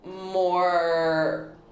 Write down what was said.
more